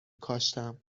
کاشتم